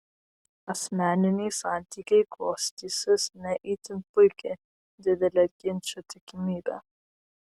asmeniniai santykiai klostysis ne itin puikiai didelė ginčų tikimybė